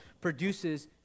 produces